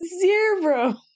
Zero